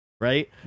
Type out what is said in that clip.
right